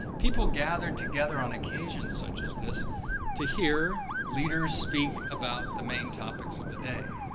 people gathered together on occasions such as this to hear leaders speak about the main topics of the day.